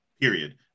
period